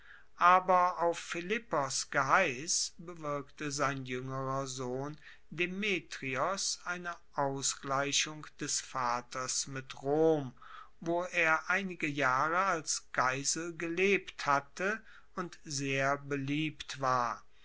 aber auf philippos geheiss bewirkte sein juengerer sohn demetrios eine ausgleichung des vaters mit rom wo er einige jahre als geisel gelebt hatte und sehr beliebt war